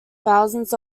thousands